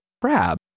crab